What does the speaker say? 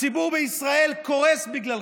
הציבור בישראל קורס בגללכם.